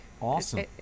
Awesome